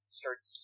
starts